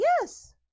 Yes